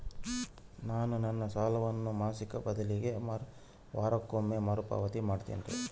ನಾನು ನನ್ನ ಸಾಲವನ್ನು ಮಾಸಿಕ ಬದಲಿಗೆ ವಾರಕ್ಕೊಮ್ಮೆ ಮರುಪಾವತಿ ಮಾಡ್ತಿನ್ರಿ